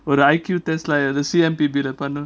ஒரு:oru I_Q test lah the C_M_P_B பண்ணு:pannu